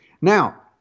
Now